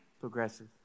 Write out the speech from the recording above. progressive